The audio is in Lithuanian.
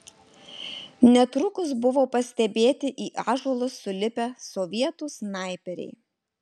netrukus buvo pastebėti į ąžuolus sulipę sovietų snaiperiai